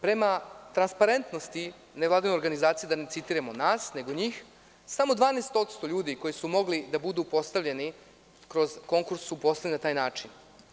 Prema transparentnosti nevladine organizacije, da ne citiramo nas nego njih, samo 12% ljudi koji su mogli da budu postavljeni kroz konkurs su postavljena na taj način.